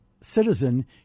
citizen